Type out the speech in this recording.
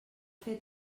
fer